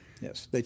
Yes